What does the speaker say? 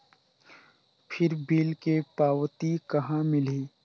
फिर बिल के पावती कहा मिलही?